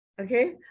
Okay